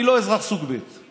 אני לא אזרח סוג' ב',